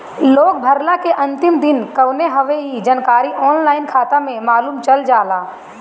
loan भरला के अंतिम दिन कवन हवे इ जानकारी ऑनलाइन खाता में मालुम चल जाला